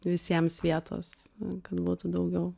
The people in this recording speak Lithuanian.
visiems vietos kad būtų daugiau